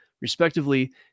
respectively